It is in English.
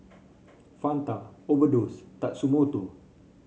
Fanta Overdose Tatsumoto